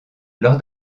lors